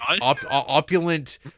opulent